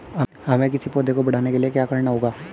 हमें किसी पौधे को बढ़ाने के लिये क्या करना होगा?